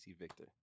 Victor